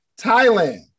Thailand